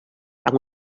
amb